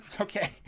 Okay